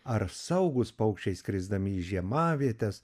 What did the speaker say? ar saugūs paukščiai skrisdami į žiemavietes